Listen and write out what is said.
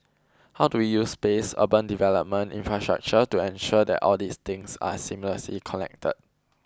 how do we use space urban development infrastructure to ensure that all these things are seamlessly connected